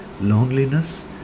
loneliness